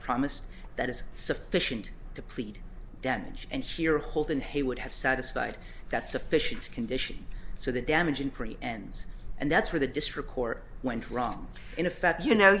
promised that is sufficient to plead damage and here hold in he would have satisfied that sufficient condition so the damaging pretty ends and that's where the district court went wrong in effect you know